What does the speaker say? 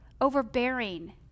overbearing